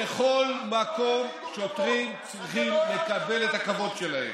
בכל מקום שוטרים צריכים לקבל את הכבוד שלהם.